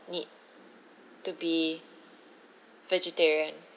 need to be vegetarian